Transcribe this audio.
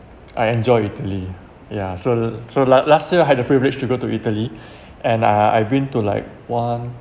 I enjoy italy ya so so la~ last year had the privilege to go to italy and uh I've been to like one